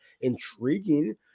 intriguing